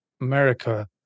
America